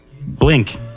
Blink